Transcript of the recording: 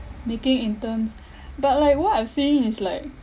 making in terms but like what I'm seeing is like